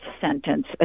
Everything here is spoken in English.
sentence